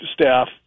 staff